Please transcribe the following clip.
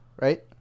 right